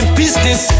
business